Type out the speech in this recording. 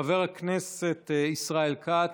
חבר הכנסת ישראל כץ,